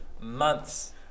months